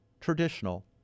traditional